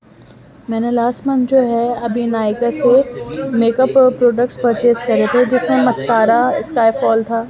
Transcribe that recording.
میں نے last month جو ہے ابھی میکے سے میک اپ پروڈکٹس پرچیز کرے تھے جس میں مسکارا اسکائے فول تھا